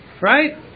Right